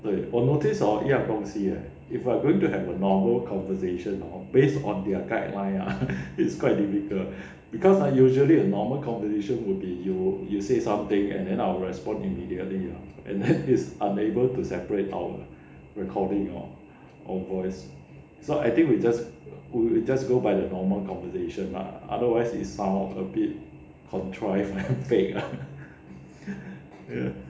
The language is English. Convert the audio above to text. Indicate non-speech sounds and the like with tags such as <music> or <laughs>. !oi! 我 notice hor 一样东西 leh if we are going to have a normal conversation hor based on their guideline ah <laughs> it's quite difficult because ah usually a normal conversation would be you you said something and then I will respond immediately ah and then <laughs> is unable to separate our recording lor or voice so I think we just we just go by the normal conversation lah otherwise it sound a bit contrive fake lah <laughs>